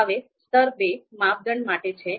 હવે સ્તર 2 માપદંડ માટે છે